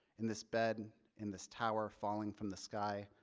in this bed in this tower falling from the sky,